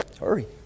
Hurry